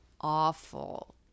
awful